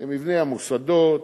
למבנה המוסדות,